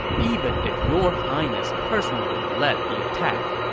even if your highness personally lead the attack,